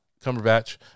Cumberbatch